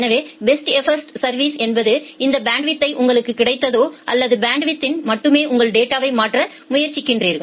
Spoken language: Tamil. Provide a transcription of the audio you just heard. எனவே பெஸ்ட் எஃபா்ட் சா்வுஸ் என்பது எந்த பேண்ட்வித்யை உங்களுக்கு கிடைத்ததோ அந்த பேண்ட்வித்யில் மட்டுமே உங்கள் டேட்டாவை மாற்ற முயற்சிக்கிறீர்கள்